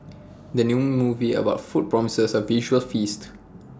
the new movie about food promises A visual feast